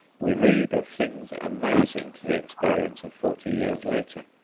we read of things amazing to the experience of forty years later.